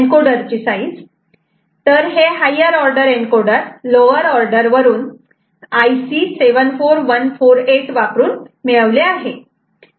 तर हे higher order encoder lower order वरून IC 74148 वापरून मिळवले आहे